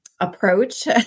approach